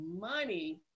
money